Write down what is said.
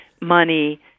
money